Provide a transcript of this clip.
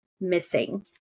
missing